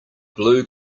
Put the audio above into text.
blue